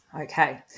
okay